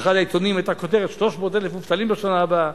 באחד העיתונים היתה כותרת: 300,000 מובטלים בשנה הבאה,